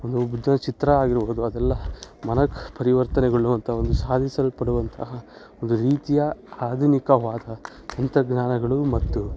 ಒಂದು ಬುದ್ಧನ ಚಿತ್ರ ಆಗಿರ್ಬೋದು ಅದೆಲ್ಲ ಮನಕ್ಕೆ ಪರಿವರ್ತನೆಗೊಳ್ಳುವಂಥ ಒಂದು ಸಾಧಿಸಲ್ಪಡುವಂತಹ ಒಂದು ರೀತಿಯ ಆಧುನಿಕವಾದ ತಂತ್ರಜ್ಞಾನಗಳು ಮತ್ತು